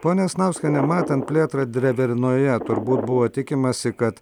ponia asnauskiene matant plėtrą drevernoje turbūt buvo tikimasi kad